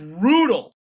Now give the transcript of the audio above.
brutal